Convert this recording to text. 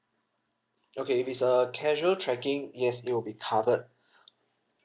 okay if it's a casual trekking yes it'll be covered